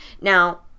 now